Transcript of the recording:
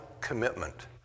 commitment